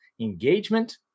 Engagement